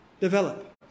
develop